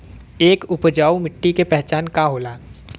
एक उपजाऊ मिट्टी के पहचान का होला?